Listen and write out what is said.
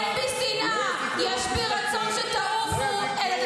אני אומר לך שלהוריד